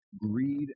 greed